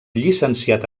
llicenciat